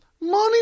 money